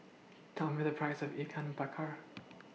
Tell Me The Price of Ikan Bakar